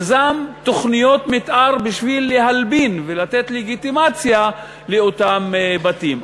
יזם תוכניות מתאר בשביל להלבין ולתת לגיטימציה לאותם בתים.